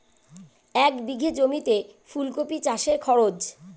এক বিঘে জমিতে ফুলকপি চাষে খরচ?